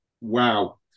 Wow